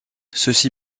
ceci